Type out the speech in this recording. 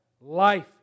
life